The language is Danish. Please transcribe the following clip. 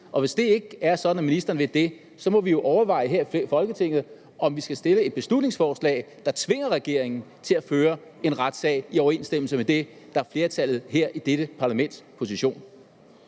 Og hvis det er sådan, at ministeren ikke vil det, så må vi jo her i Folketinget overveje, om vi skal fremsætte et beslutningsforslag, der tvinger regeringen til at føre en retssag i overensstemmelse med det, der er flertallet i det her parlaments position.